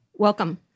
Welcome